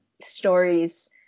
stories